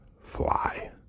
fly